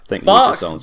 Fox